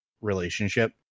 relationship